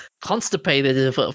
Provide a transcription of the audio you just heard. Constipated